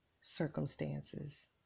circumstances